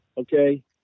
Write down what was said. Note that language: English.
okay